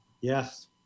Yes